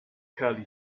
curly